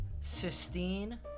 Sistine